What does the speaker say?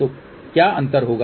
तो क्या अंतर होगा